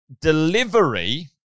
delivery